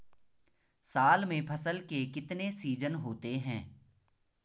साल में फसल के कितने सीजन होते हैं?